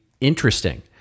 interesting